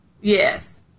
Yes